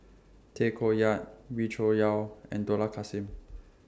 Tay Koh Yat Wee Cho Yaw and Dollah Kassim